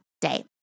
day